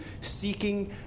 seeking